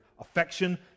Affection